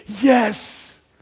yes